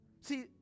See